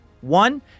One